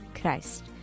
Christ